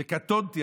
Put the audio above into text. וקטונתי,